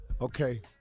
Okay